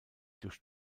durch